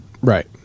right